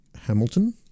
hamilton